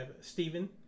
Stephen